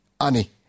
ani